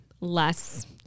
less